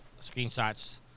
screenshots